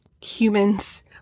humans